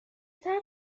صبر